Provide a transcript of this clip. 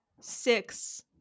six